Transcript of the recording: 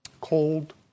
cold